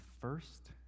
first